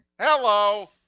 Hello